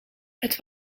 het